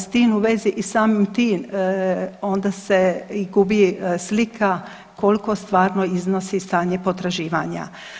S tim u vezi i samim tim onda se i gubi slika koliko stvarno iznosi stanje potraživanja.